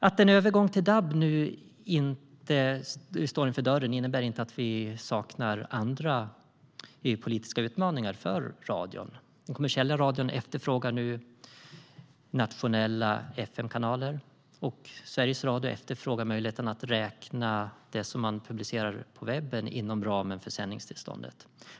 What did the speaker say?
Att en övergång till DAB nu inte står för dörren innebär inte att vi saknar andra EU-politiska utmaningar för radion. Den kommersiella radion efterfrågar nu nationella fm-kanaler, och Sveriges Radio efterfrågar möjligheten att räkna det som man publicerar på webben inom ramen för sändningstillståndet.